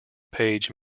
page